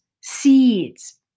seeds